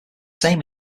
same